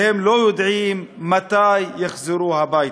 והם לא יודעים מתי יחזרו הביתה.